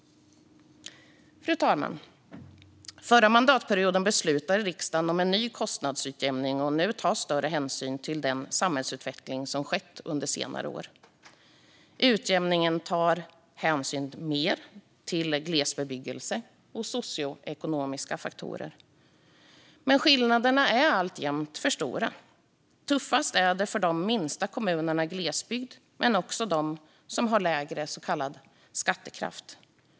Fru talman! Förra mandatperioden beslutade riksdagen om en ny kostnadsutjämning, och nu tas större hänsyn till den samhällsutveckling som skett under senare år. Utjämningen tar större hänsyn till gles bebyggelse och socioekonomiska faktorer. Men skillnaderna är alltjämt för stora. Tuffast är det för de minsta kommunerna i glesbygd men också för dem som har lägre så kallad skattekraft.